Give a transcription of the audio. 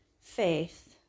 faith